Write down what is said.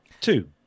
Two